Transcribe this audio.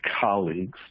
colleagues